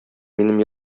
минем